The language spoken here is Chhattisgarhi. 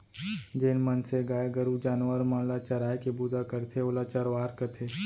जेन मनसे गाय गरू जानवर मन ल चराय के बूता करथे ओला चरवार कथें